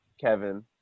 Kevin